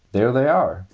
there they are.